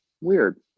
weird